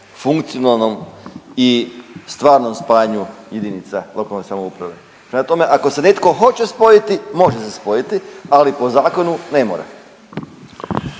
funkcionalnom i stvarnom spajanju JLS. Prema tome, ako se netko hoće spojiti može se spojiti, ali po zakonu ne mora.